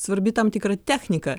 svarbi tam tikra technika